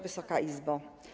Wysoka Izbo!